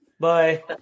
Bye